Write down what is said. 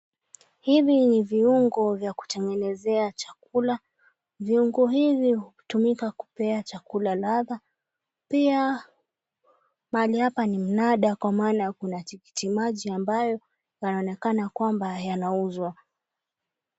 Hivi ni viungo vya kutengenezea chakula. Viungo hivi hutumika kupea chakula ladha pia, mahali hapa ni mnadani kwa maana kuna matikiti maji ambayo yanaonekana kwamba yanauzwa.